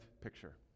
picture